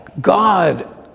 God